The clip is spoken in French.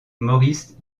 maurice